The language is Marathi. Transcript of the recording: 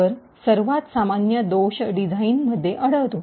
तर सर्वात सामान्य दोष डिझाइनमध्ये आढळतो